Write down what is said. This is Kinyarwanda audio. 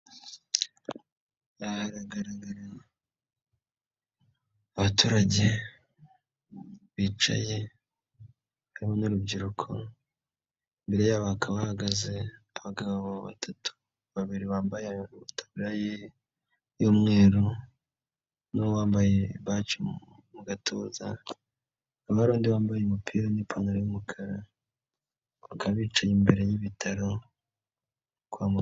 Haragaraga abaturage bicaye, hari urubyiruko, imbere yabo hakaba hahagaze abagabo batatu, babiri bambaye itaburiya y'umweru n'uwambaye baji mu gatuza hakaba harundi yambaye umupira ni'pantaro y'umukara bakaba bicaye imbere y'ibitaro kwa muganga.